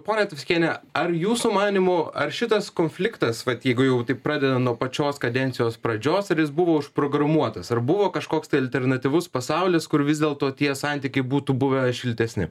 ponia tvaskiene ar jūsų manymu ar šitas konfliktas vat jeigu jau taip pradedam nuo pačios kadencijos pradžios ar jis buvo užprogramuotas ar buvo kažkoks alternatyvus pasaulis kur vis dėlto tie santykiai būtų buvę šiltesni